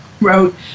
wrote